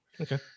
Okay